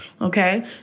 okay